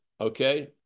Okay